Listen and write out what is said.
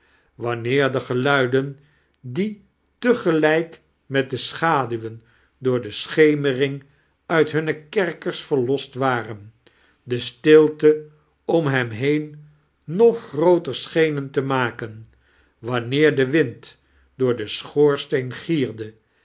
wanneer de geluiden die te gelijk met de schaduwen door de schemering uit hunne kerkers verlost waren de stilte om hem heen nog grooter schenen te maken wanneer de wind door den schoorsteen gierde